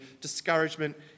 discouragement